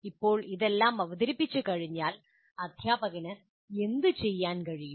ഇപ്പോൾ ഇതെല്ലാം അവതരിപ്പിച്ചു കഴിഞ്ഞാൽ അധ്യാപകന് എന്തുചെയ്യാൻ കഴിയും